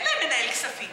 אין להם מנהל כספים,